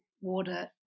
water